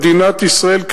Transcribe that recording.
מדינת ישראל,